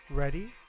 Ready